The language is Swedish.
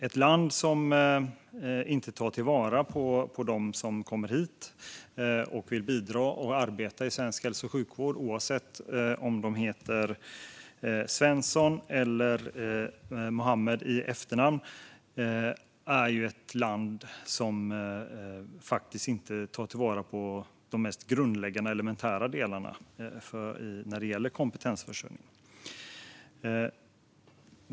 Ett land som inte tar vara på dem som kommer hit och vill bidra och arbeta i svensk hälso och sjukvård, oavsett om de heter Svensson eller Muhammed, är ett land som inte tar till vara de mest grundläggande elementära delarna när det gäller kompetensförsörjning.